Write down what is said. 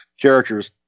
characters